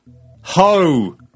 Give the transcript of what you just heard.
ho